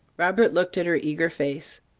robert looked at her eager face.